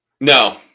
No